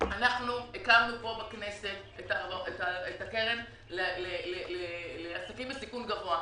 אנחנו הקמנו פה בכנסת את הקרן לעסקים בסיכון גבוה.